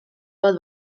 bat